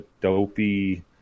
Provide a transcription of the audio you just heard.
dopey